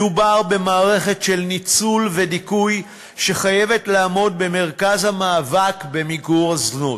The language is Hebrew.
מדובר במערכת של ניצול ודיכוי שחייבת לעמוד במרכז המאבק למיגור הזנות.